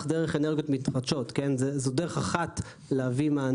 דרך אנרגיות מתחדשות זאת דרך אחת להביא מענה.